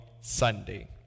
Sunday